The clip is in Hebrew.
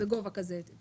בגובה כזה?